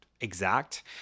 exact